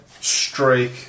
strike